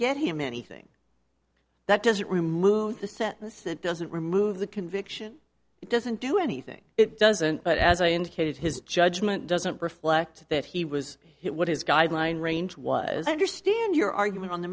get him anything that doesn't remove the set that doesn't remove the conviction it doesn't do anything it doesn't but as i indicated his judgment doesn't reflect that he was hit what his guideline range was i understand your argument on the